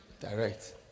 Direct